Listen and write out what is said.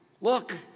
Look